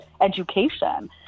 education